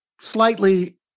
slightly